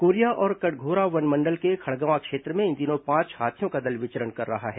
Korea और कटघोरा वनमंडल के खड़गवां क्षेत्र में इन दिनों पांच हाथियों का दल विचरण कर रहा है